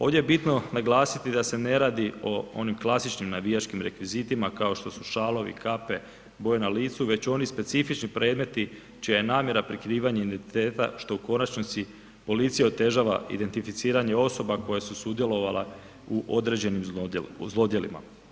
Ovdje je bitno naglasiti da se ne radi o onim klasičnim navijačkim rekvizitima kao što su šalovi, kape, boja na licu, već oni specifični predmeti čija je namjera prikrivanje identiteta što u konačnici policija otežava identificiranje osoba koje su sudjelovale u određenim zlodjelima.